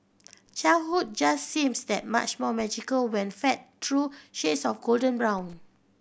childhood just seems that much more magical when fed through shades of golden brown